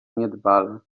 niedbale